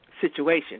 situation